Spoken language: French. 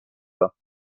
bas